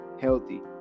healthy